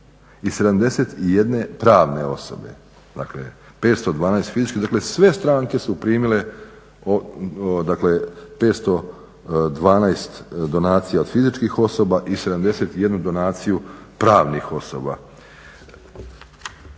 i 71 pravne osobe, dakle 512 fizičkih, dakle sve stranke su primile, dakle 512 donacija od fizičkih osoba i 71 donaciju pravnih osoba.